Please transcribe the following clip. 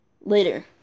Later